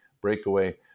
Breakaway